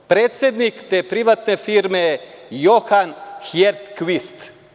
Predsednik te privatne firme je Johan Hjertkvist.